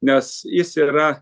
nes jis yra